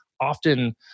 often